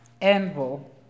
anvil